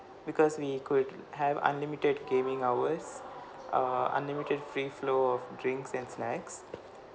because we could have unlimited gaming hours uh unlimited free flow of drinks and snacks